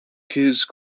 goose